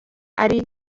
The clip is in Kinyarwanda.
ari